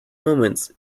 moments